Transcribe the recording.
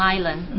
Island